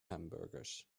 hamburgers